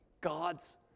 God's